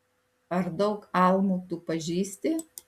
ar daug almų tu pažįsti